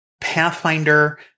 Pathfinder